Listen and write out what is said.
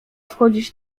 wchodzić